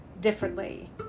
differently